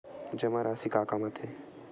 जमा राशि का काम आथे?